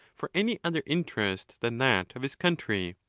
for any other interest than that of his country.